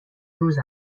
روز